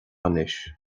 anois